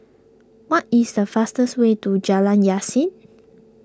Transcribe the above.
what is the fastest way to Jalan Yasin